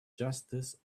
justice